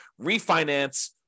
refinance